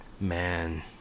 Man